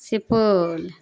Supaul